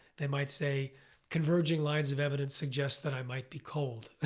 they might say converging lines of evidence suggest that i might be cold.